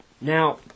Now